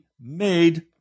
made